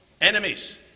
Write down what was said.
Enemies